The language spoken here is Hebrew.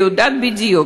והיא יודעת בדיוק,